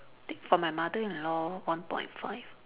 think for my mother-in-law one point five